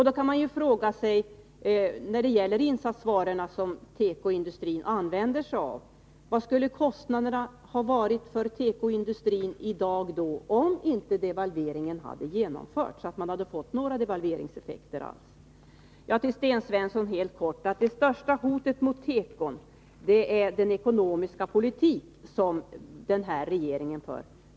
Då kan man, beträffande de insatsvaror som tekoindustrin använder sig av, fråga sig: Vad skulle kostnaderna ha varit för tekoindustrin i dag om inte devalveringen hade genomförts? Till Sten Svensson: Det största hotet mot tekoindustrin skulle vara den ekonomiska politik som den här regeringen för.